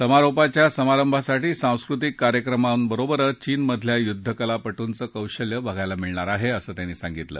समारोपाच्या समारंभासाठी सांस्कृतिक कार्यक्रमाबरोबरच चीनमधल्या युद्धकलापटूच कौशल्य बघायला मिळणार आहे अस त्यांनी सांगितल